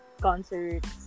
concerts